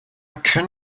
can